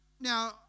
Now